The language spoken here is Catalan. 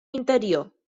interior